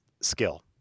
skill